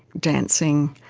dancing,